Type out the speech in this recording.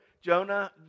Jonah